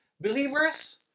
believers